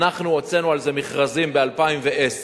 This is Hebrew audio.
אנחנו הוצאנו על זה מכרזים ב-2010.